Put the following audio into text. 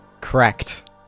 Correct